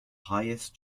highest